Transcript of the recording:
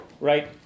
right